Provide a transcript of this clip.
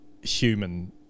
human